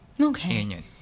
Okay